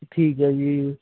ਠੀਕ ਹੈ ਜੀ